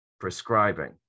prescribing